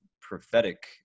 prophetic